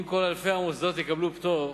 אם כל אלפי המוסדות יקבלו פטור,